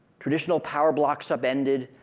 traditional power blocks are bended,